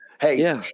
hey